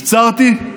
הפצרתי,